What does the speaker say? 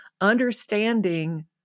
understanding